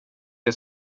det